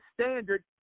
standard